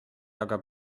aga